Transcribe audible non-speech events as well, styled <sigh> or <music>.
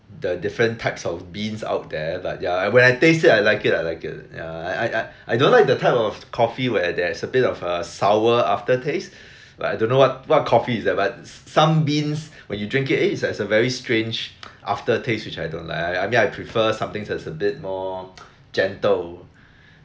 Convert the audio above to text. the different types of beans out there but ya when I taste it I like it I like it yeah I I I don't like the type of coffee where there's a bit of a sour aftertaste but I don't know what what coffee is that but s~ some beans when you drink it eh it's it's has very strange <noise> aftertaste which I don't like I I I mean I prefer something that's a bit more <noise> gentle